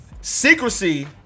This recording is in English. Secrecy